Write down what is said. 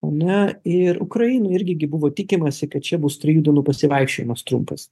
ane ir ukrainoj irgi gi buvo tikimasi kad čia bus trijų dienų pasivaikščiojimas trumpas